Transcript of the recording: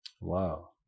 Wow